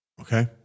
Okay